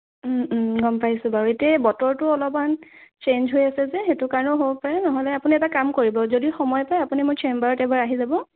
গম পাইছোঁ বাৰু এতিয়া এই বতৰটো অলপমান চেঞ্জ হৈ আছে যে সেইটো কাৰণেও হ'ব পাৰে নহ'লে আপুনি এটা কাম কৰিব যদি সময় পায় আপুনি মোৰ চেম্বাৰত এবাৰ আহি যাব